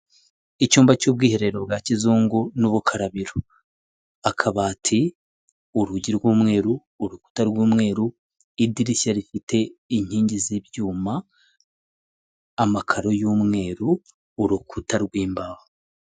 Icyumba cy'ubwiherero bwa kizungu n'ubukarabiro, akabati, urugi rw'umweru, urukuta rw'umweru, idirishya rifite inkingi z'ibyuma, amakaro y'umweru, urukuta rw'imbaho.